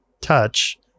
touch